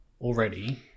already